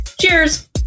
Cheers